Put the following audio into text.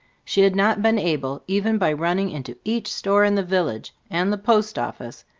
she had not been able, even by running into each store in the village, and the post office,